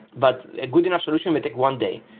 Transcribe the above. but a good enough solution would take one day,